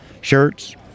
shirts